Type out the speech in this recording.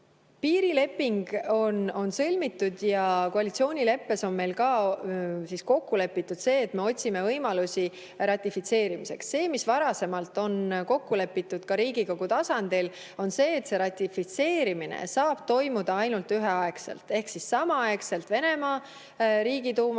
Piirileping on sõlmitud ja koalitsioonileppes on meil ka kokku lepitud, et me otsime võimalusi ratifitseerimiseks. Varasemalt on kokku lepitud ka Riigikogu tasandil, et see ratifitseerimine saab toimuda ainult üheaegselt ehk samaaegselt Venemaa Riigiduumas